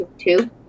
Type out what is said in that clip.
two